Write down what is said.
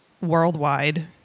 worldwide